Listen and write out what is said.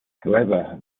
however